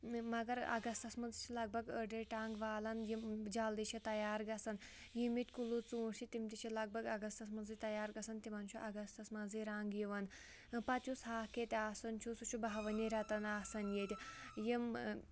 مگر اَگستَس منٛز تہِ چھِ لَگ بَگ أڑۍ أڑۍ ٹنٛگ والَن یِم جلدی چھِ تَیار گژھن یِم ییٚتہِ کُلوٗ ژوٗنٛٹھۍ چھِ تِم تہِ چھِ لَگ بَگ اَگَستَس منٛزٕے تَیار گَژھن تِمَن چھُ اَگستَس منٛزٕے رنٛگ یِوَان پَتہٕ یُس ہاکھ ییٚتہِ آسَان چھُ سُہ چھُ بَہوٲنی رٮ۪تَن آسَان ییٚتہِ یِم